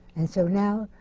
and so, now,